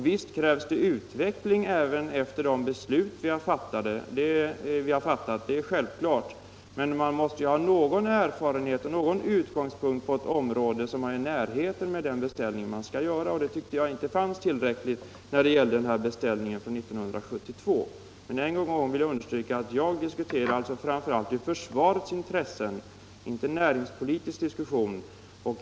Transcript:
Visst krävs det utveckling även efter det att besluten är fattade — det är självklart. Men man måste ju ha någon erfarenhet på något område som ligger i närheten av det område som beställningen gäller och där tycker jag att det brister när det gäller beställningen från 1972. Men jag vill ännu en gång understryka att jag diskuterar den här saken framför allt med hänsyn till försvarets intressen och inte från näringspolitiska utgångspunkter.